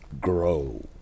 grow